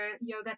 yoga